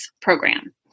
program